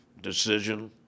decision